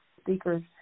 speakers